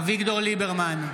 אביגדור ליברמן,